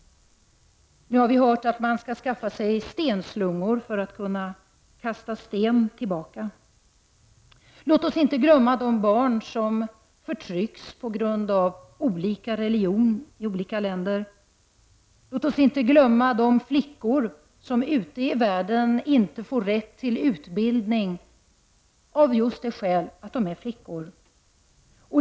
Vi har hört att man nu skall skaffa sig stenslungor för att kunna kasta sten tillbaka. Låt oss inte glömma bort de barn som förtrycks på grund av olika religioner i olika länder. Låt oss inte glömma bort de flickor ute i världen som inte får rätt till utbildning just av det skälet att det är flickor.